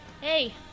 Hey